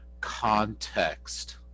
context